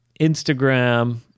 Instagram